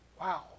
Wow